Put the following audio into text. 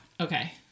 Okay